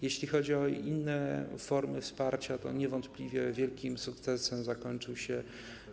Jeśli chodzi o inne formy wsparcia, to niewątpliwie wielkim sukcesem zakończył się nabór.